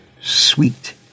sweet